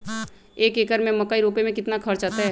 एक एकर में मकई रोपे में कितना खर्च अतै?